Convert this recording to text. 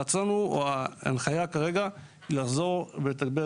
הרצון או ההנחיה כרגע היא לחזור ולתגבר